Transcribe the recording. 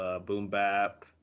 boom-bap